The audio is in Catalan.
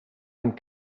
amb